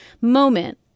moment